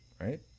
right